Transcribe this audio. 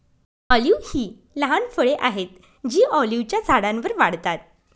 olive ही लहान फळे आहेत जी ऑलिव्हच्या झाडांवर वाढतात